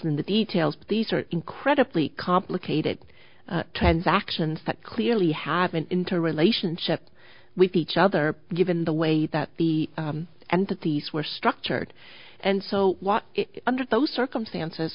in the details but these are incredibly complicated transactions that clearly have an interrelationship with each other given the way that the and that these were structured and so under those circumstances